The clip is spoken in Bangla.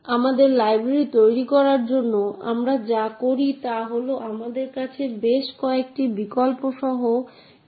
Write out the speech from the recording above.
সুতরাং হার্ডওয়্যার থেকে অ্যাপ্লিকেশনে যাওয়ার সাথে সাথে আরও অনেক দিক রয়েছে এবং আরও সূক্ষ্মভাবে নিয়ন্ত্রণের প্রত্যাশা করা হয়েছে